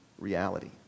reality